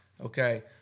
okay